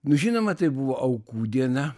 nu žinoma tai buvo aukų diena